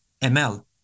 ML